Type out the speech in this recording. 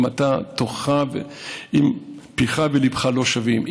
אם פיך וליבך לא שווים,